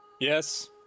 Yes